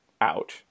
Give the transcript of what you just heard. out